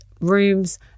rooms